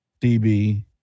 DB